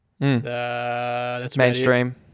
mainstream